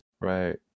Right